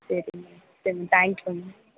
சரி மேம் சரி ma'am thanks ma'am